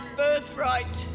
birthright